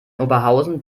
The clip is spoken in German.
oberhausen